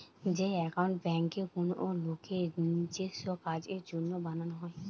যে একাউন্ট বেঙ্কে কোনো লোকের নিজেস্য কাজের জন্য বানানো হয়